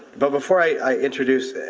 but before i i introduce.